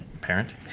parent